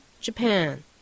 Japan